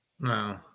No